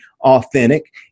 authentic